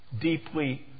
deeply